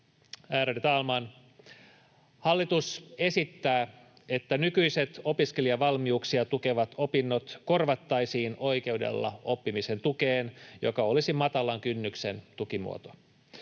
ärade talman! Hallitus esittää, että nykyiset opiskelijavalmiuksia tukevat opinnot korvattaisiin oikeudella oppimisen tukeen, joka olisi matalan kynnyksen tukimuoto.